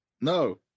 No